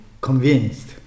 convinced